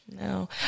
No